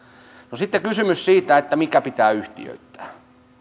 no sitten kysymys siitä mikä pitää yhtiöittää